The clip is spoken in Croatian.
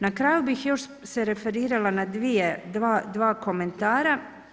Na kraju bih još se referirala na 2 komentara.